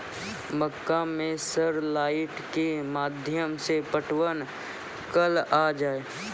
मक्का मैं sir light के माध्यम से पटवन कल आ जाए?